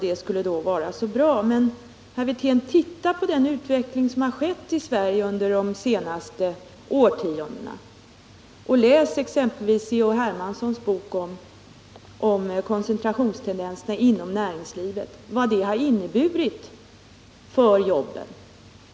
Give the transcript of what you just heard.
Men, herr Wirtén, se på den utveckling som har ägt rum i Sverige under de senaste årtiondena, och läs exempelvis C.-H. Hermanssons bok om koncentrationstendenserna inom näringslivet och vad de har medfört för jobben!